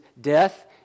death